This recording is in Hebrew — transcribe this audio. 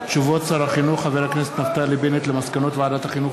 הודעות שר החינוך נפתלי בנט על מסקנות ועדת החינוך,